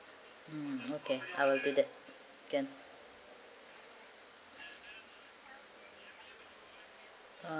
mm okay I'll do that can